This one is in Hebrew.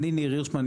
שמי ניר הירשמן.